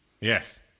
Yes